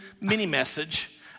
mini-message